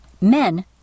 men